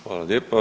Hvala lijepo.